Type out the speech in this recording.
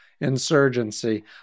insurgency